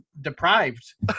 deprived